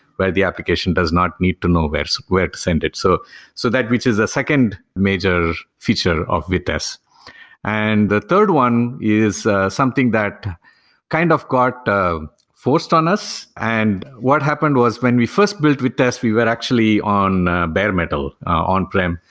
where the application does not need to know where to send it. so so that which is the ah second major feature of vitess and the third one is something that kind of got forced on us. and what happened was when we first built vitess, we were actually on bare metal, on frame.